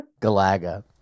galaga